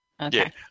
Okay